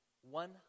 one